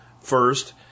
first